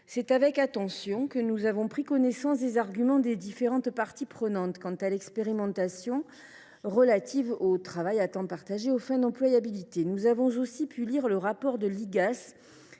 C’est avec attention que nous avons pris connaissance des arguments des différentes parties prenantes quant à l’expérimentation relative au travail à temps partagé aux fins d’employabilité. Nous avons aussi pu lire le rapport de l’Igas